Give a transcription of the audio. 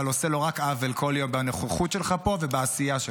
אבל עושה לו רק עוול בנוכחות שלך פה ובעשייה שלך.